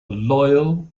loyal